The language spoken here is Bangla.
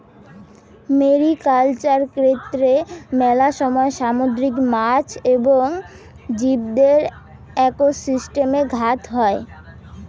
মেরিকালচার কৈত্তে মেলা সময় সামুদ্রিক মাছ এবং জীবদের একোসিস্টেমে ঘাত হই